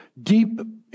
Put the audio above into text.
deep